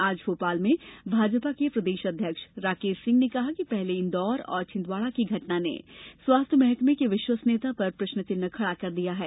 आज भोपाल में भाजपा के प्रदेश अध्यक्ष राकेश सिंह ने कहा कि पहले इंदौर और छिंदवाड़ा की घटना में स्वास्थ्य महकमें की विश्वसनियता पर प्रश्न चिन्ह खड़ा कर दिया है